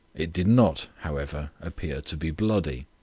it did not, however, appear to be bloody.